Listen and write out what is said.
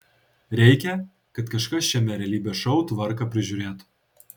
reikia kad kažkas šiame realybės šou tvarką prižiūrėtų